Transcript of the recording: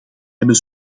hebben